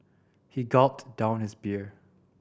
he gulped down his beer